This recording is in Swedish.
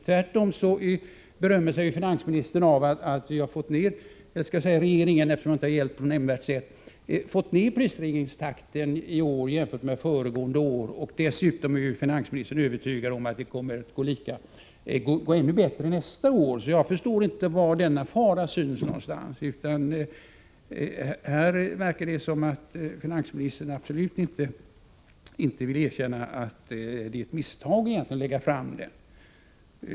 Tvärtom berömmer sig regeringen av att ha fått ned prisstegringstakten i år jämfört med föregående år, och dessutom är ju finansministern övertygad om att det kommer att gå ännu bättre nästa år. Jag förstår inte var denna fara syns någonstans, utan det verkar som om finansministern absolut inte vill erkänna att det egentligen är ett misstag att lägga fram förslaget. Herr talman!